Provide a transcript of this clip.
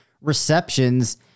receptions